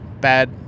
bad